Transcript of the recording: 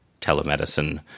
telemedicine